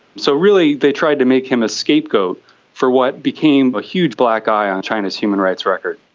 so really they tried to make him a scapegoat for what became a huge black eye on china's human rights record.